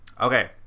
Okay